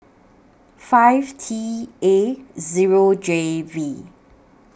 five T A Zero J V